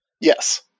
Yes